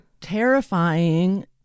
terrifying